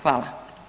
Hvala.